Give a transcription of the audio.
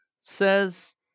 Says